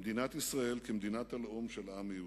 במדינת ישראל כמדינת הלאום של העם היהודי,